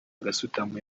gasutamo